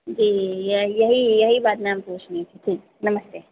जी यही यही बात मैम पूछनी थी ठीक नमस्ते